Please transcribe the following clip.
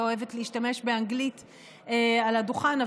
אני לא אוהבת להשתמש באנגלית על הדוכן,